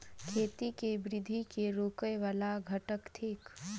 खेती केँ वृद्धि केँ रोकय वला घटक थिक?